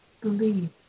believe